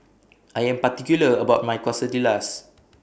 I Am particular about My Quesadillas